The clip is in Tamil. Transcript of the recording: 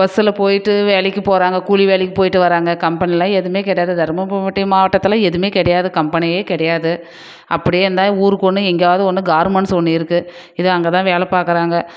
பஸ்ஸில் போயிட்டு வேலைக்கு போகிறாங்க கூலி வேலைக்கு போயிட்டு வராங்க கம்பெனியெலாம் எதுவுமே கிடையாது தருமபுரி ஒட்டிய மாவட்டத்தில் எதுவுமே கிடையாது கம்பெனியே கிடையாது அப்படியே இருந்தால் ஊருக்கு ஒன்று எங்கேயாவது ஒன்று கார்மண்ட்ஸ் ஒன்று இருக்குது ஏதோ அங்கதான் வேலை பார்க்குறாங்க